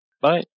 Bye